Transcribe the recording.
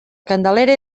candelera